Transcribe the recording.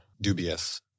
dubious